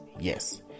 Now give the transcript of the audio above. Yes